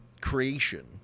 creation